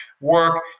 work